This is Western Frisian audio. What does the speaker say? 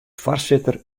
foarsitter